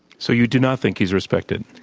so you do not think he's respected?